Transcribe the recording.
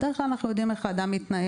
בדרך כלל אנחנו יודעים איך האדם מתנהל,